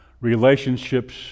Relationships